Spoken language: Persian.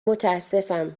متاسفم